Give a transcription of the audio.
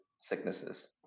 sicknesses